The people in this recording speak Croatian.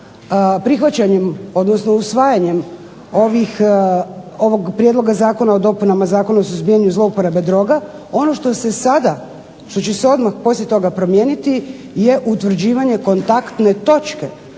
prihvaćanjem, odnosno usvajanjem ovih, ovog prijedloga Zakona o dopunama Zakona o suzbijanju zlouporabe droga, ono što se sada, što će se odmah poslije toga promijeniti je utvrđivanje kontaktne točke